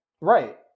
right